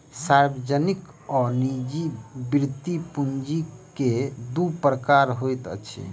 सार्वजनिक आ निजी वृति पूंजी के दू प्रकार होइत अछि